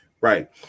Right